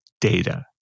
data